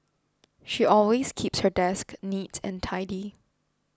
she always keeps her desk neat and tidy